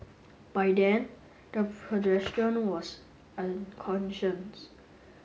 by then the pedestrian was unconscious